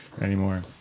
anymore